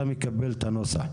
אתה מקבל את הנוסח.